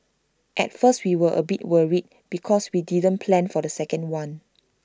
at first we were A bit worried because we didn't plan for the second one